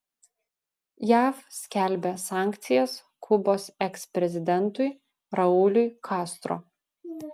jav skelbia sankcijas kubos eksprezidentui rauliui castro